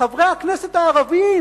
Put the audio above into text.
חברי הכנסת הערבים,